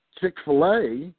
chick-fil-a